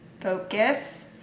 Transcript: Focus